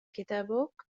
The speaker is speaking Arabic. كتابك